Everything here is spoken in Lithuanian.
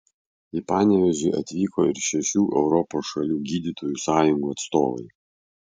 į panevėžį atvyko ir šešių europos šalių gydytojų sąjungų atstovai